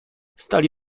stali